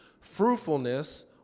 fruitfulness